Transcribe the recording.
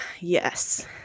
yes